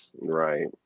Right